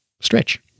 stretch